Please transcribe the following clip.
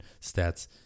stats